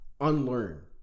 unlearn